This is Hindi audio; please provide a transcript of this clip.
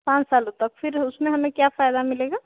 पाँच सालों तक फिर उसमें हमें क्या फ़ायदा मिलेगा